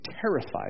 terrified